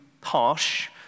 harsh